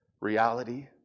reality